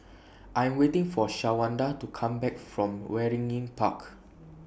I Am waiting For Shawanda to Come Back from Waringin Park